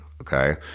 okay